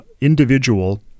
individual